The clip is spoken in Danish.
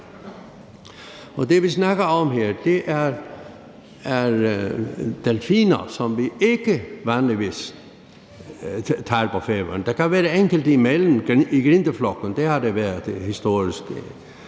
Det, vi snakker om her, er delfiner, som vi ikke vanligvis tager på Færøerne. Der kan være enkelte imellem i de store grindeflokke; det har der været historisk.